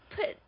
put